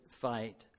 fight